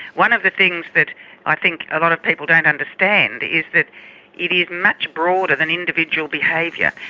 one of the things that i think a lot of people don't understand is that it is much broader than individual behaviour.